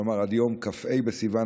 כלומר עד יום כ"ה בסיוון